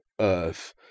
earth